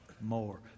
more